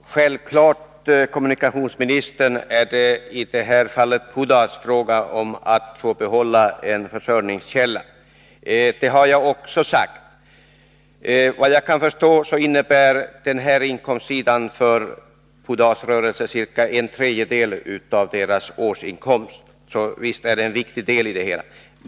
Herr talman! Självfallet är det, herr kommunikationsminister, i fallet Pudas fråga om att få behålla en försörjningskälla. Det har jag också sagt. Såvitt jag kan förstå representerar den här inkomstsidan för Pudasrörelsen ca en tredjedel av årsinkomsten, så visst är det en viktig deli det hela.